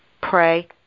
pray